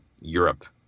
Europe